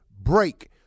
break